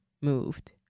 moved